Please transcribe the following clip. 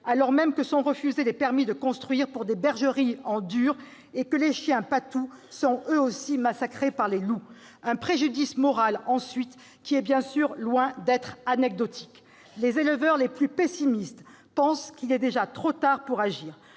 alors même que sont refusés des permis de construire pour des bergeries en dur et que les chiens patous sont eux aussi massacrés par les loups -et, d'autre part, d'un préjudice moral qui est loin d'être anecdotique. Les éleveurs les plus pessimistes pensent qu'il est déjà trop tard pour agir.